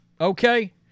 Okay